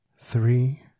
Three